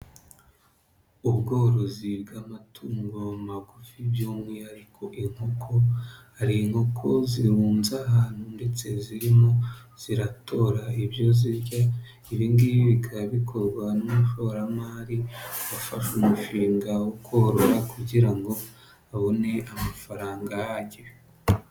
Ubworozi bw'amatungo magufi by'umwihariko inkoko, hari inkoko zirunze ahantu ndetse zirimo ziratora ibyo zirya, ibi ngibi bikaba bikorwa n'umushoramari wafashe umushinga wo korora kugira ngo abone amafaranga ahagije.